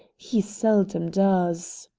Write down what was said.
he seldom does.